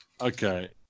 Okay